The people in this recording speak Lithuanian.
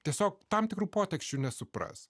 tiesiog tam tikrų poteksčių nesupras